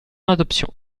adoption